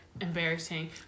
embarrassing